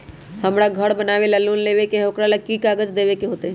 हमरा घर बनाबे ला लोन लेबे के है, ओकरा ला कि कि काग़ज देबे के होयत?